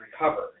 recover